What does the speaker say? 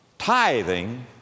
Tithing